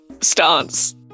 stance